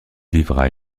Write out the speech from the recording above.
vivra